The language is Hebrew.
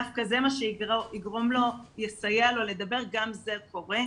דווקא זה מה שיסייע לו לדבר, גם זה קורה.